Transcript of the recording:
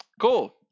cool